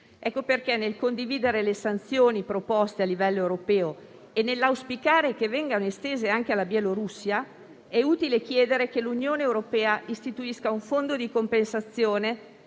Ecco perché, nel condividere le sanzioni proposte a livello europeo e nell'auspicare che vengano estese anche alla Bielorussia, è utile chiedere che l'Unione europea istituisca un fondo di compensazione